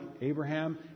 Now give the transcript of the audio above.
Abraham